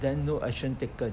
then no action taken